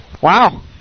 Wow